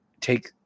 take